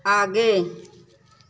आगे